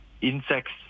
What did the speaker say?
Insects